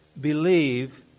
believe